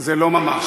זה לא ממש.